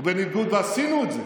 ובניגוד, עשינו את זה,